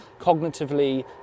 cognitively